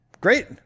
Great